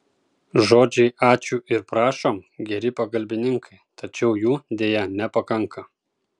žodžiai ačiū ir prašom geri pagalbininkai tačiau jų deja nepakanka